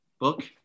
Book